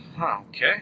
Okay